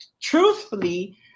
truthfully